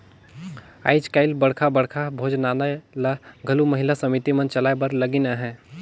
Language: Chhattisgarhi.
आएज काएल बड़खा बड़खा भोजनालय ल घलो महिला समिति मन चलाए बर लगिन अहें